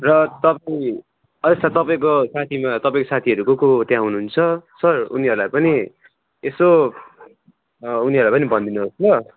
र तपाईँ अच्छा तपाईँको साथीमा तपाईँको साथीहरू को को त्यहाँ हुनुहुन्छ सर उनीहरूलाई पनि यसो उनीहरूलाई पनि भनिदिनुहोस् ल